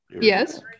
yes